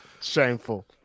shameful